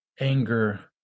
anger